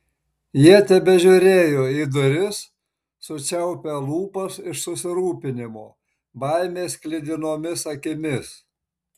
jie tebežiūrėjo į duris sučiaupę lūpas iš susirūpinimo baimės sklidinomis akimis